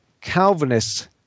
Calvinists